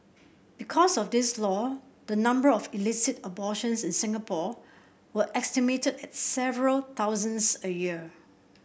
because of this law the number of illicit abortions in Singapore were estimated at several thousands a year